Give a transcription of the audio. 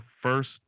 first